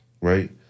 Right